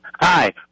Hi